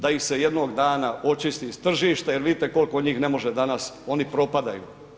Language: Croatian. Da ih se jednog dana očisti s tržišta jer vidite koliko njih ne može danas, oni propadaju.